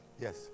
Yes